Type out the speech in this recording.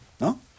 No